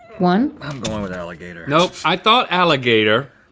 one. i'm going with alligator. nope, i thought alligator,